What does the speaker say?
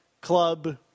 Club